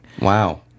Wow